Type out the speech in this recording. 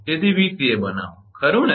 તેથી 𝑉𝑐𝑎 બનાવો ખરુ ને